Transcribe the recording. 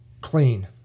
clean